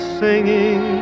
singing